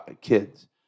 kids